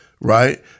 right